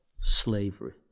slavery